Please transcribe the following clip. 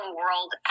world